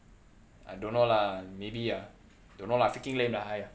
I don't know lah maybe ah don't know lah freaking lame lah !aiya!